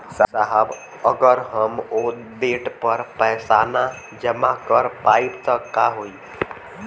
साहब अगर हम ओ देट पर पैसाना जमा कर पाइब त का होइ?